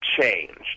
changed